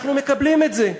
אנחנו מקבלים את זה?